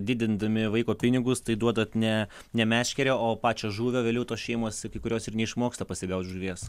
didindami vaiko pinigus tai duodat ne ne meškerę o pačią žuvį o vėliau tos šeimos ir kai kurios ir neišmoksta pasigaut žuvies